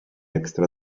extra